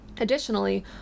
Additionally